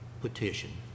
petition